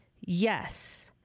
yes